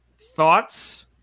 thoughts